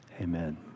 Amen